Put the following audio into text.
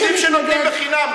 היחידים שנותנים בחינם,